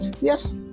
yes